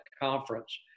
conference